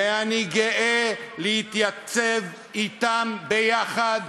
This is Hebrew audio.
ואני גאה להתייצב אתם ביחד,